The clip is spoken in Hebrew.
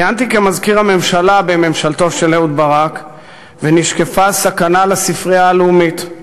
כיהנתי כמזכיר הממשלה בממשלתו של אהוד ברק ונשקפה סכנה לספרייה הלאומית.